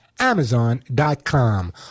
Amazon.com